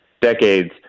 decades